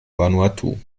vanuatu